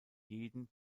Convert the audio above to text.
jeden